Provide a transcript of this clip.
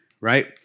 right